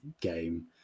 game